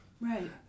Right